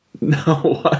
No